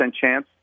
chance